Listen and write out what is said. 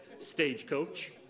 Stagecoach